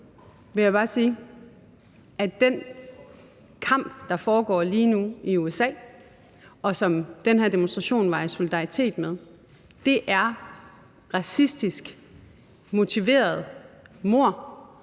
vil jeg bare sige, at den kamp, der foregår lige nu i USA, og som den her demonstration var i solidaritet med, er racistisk motiveret på